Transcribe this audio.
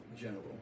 general